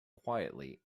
quietly